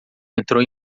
entrou